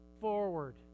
forward